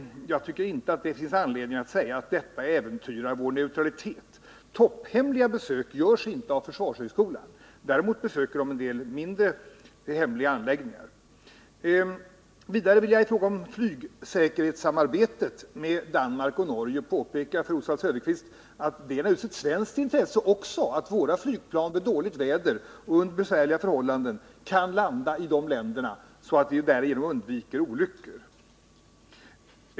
Jag tycker inte att det finns anledning att säga att detta äventyrar vår neutralitet. Topphemliga besök görs inte av försvarshögskolan. Däremot besöker den en del mindre hemliga anläggningar. Vidare vill jag i fråga om flygsäkerhetssamarbetet med Danmark och Norge påpeka för Oswald Söderqvist att det också är ett svenskt intresse att våra flygplan i dåligt väder och under besvärliga förhållanden kan landa i dessa länder, så att vi därigenom undviker olyckor.